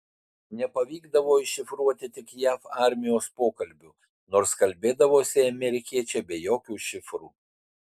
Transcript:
nepavykdavo iššifruoti tik jav armijos pokalbių nors kalbėdavosi amerikiečiai be jokių šifrų